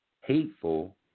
hateful